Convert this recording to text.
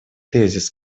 тезис